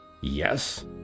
Yes